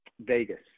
Vegas